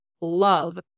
love